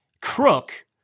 crook